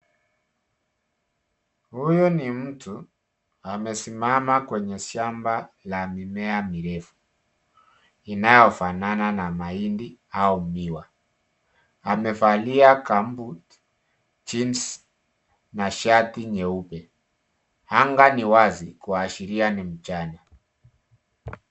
Huyo ni mtu amesimama kwenye shamba la mimea mirefu, inayofanana na mahindi au miwa. Amevalia gumboots, jeans na shati nyeupe. Anga ni wazi kuashiria ni mchana.